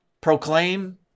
proclaim